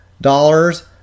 dollars